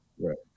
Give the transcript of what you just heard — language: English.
Right